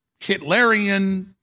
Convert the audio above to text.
Hitlerian